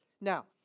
Now